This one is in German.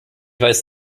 weiß